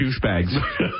douchebags